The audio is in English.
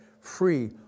free